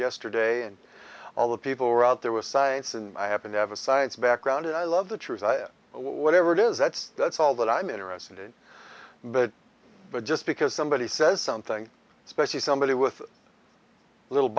yesterday and all the people are out there with science and i happen to have a science background and i love the truth whatever it is that's that's all that i'm interested in but just because somebody says something especially somebody with a little